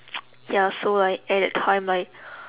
ya so like at that time like